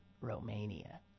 Romania